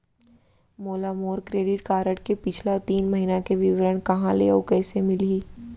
मोला मोर credit card के पिछला तीन महीना के विवरण कहाँ ले अऊ कइसे मिलही?